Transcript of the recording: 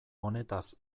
honetaz